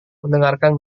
mendengarkan